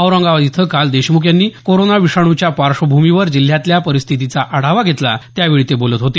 औरंगाबाद इथं काल देशमुख यांनी कोरोना विषाणूच्या पार्श्वभूमीवर जिल्ह्यातल्या परिस्थितीचा आढावा घेतला त्यावेळी ते बोलत होते